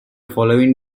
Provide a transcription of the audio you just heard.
following